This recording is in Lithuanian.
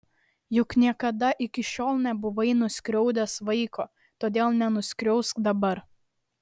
juk niekada iki šiol nebuvai nuskriaudęs vaiko todėl nenuskriausk dabar